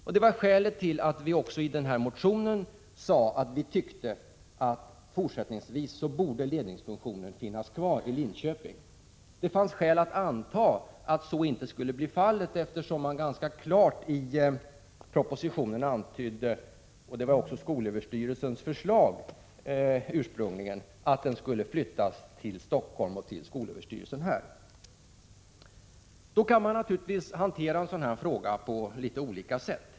Det var ett skäl till att vi i motionen sade att vi tyckte att ledningsfunktionen borde finnas kvar i Linköping. Det fanns skäl att anta att så inte skulle bli fallet, eftersom man i propositionen ganska klart antydde — och det var också skolöverstyrelsens ursprungliga förslag — att ledningsfunktionen skulle flyttas till Stockholm och skolöverstyrelseh här. En sådan fråga kan man naturligtvis hantera på litet olika sätt.